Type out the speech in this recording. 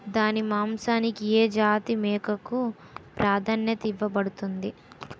దాని మాంసానికి ఏ జాతి మేకకు ప్రాధాన్యత ఇవ్వబడుతుంది?